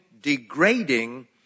degrading